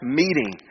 meeting